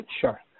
sure